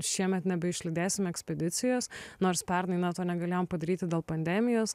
šiemet nebeišlydėsim ekspedicijos nors pernai na to negalėjom padaryti dėl pandemijos